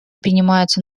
принимаются